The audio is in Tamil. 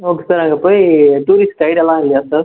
ஓகே சார் அங்கே போய் டூரிஸ்ட் கைடெல்லாம் இல்லையா சார்